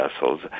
vessels